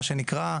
מה שנקרא,